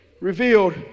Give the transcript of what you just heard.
revealed